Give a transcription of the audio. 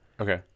Okay